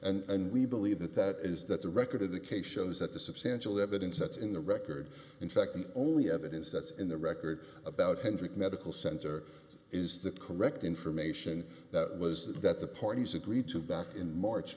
evidence and we believe that that is that the record of the case shows that the substantial evidence that's in the record in fact the only evidence that's in the record about hendrik medical center is the correct information that was that the parties agreed to back in march